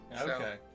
Okay